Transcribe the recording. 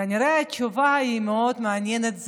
כנראה התשובה היא מאוד מעניינת,